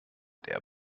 der